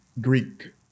Greek